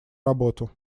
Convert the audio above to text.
работу